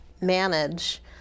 manage